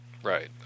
Right